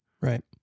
Right